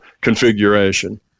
configuration